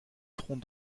tronc